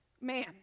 Man